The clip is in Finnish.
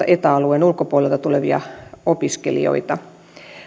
eta alueen ulkopuolelta tulevia opiskelijoita